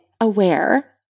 aware